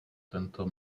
tento